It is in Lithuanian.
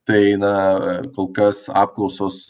tai na kol kas apklausos